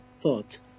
thought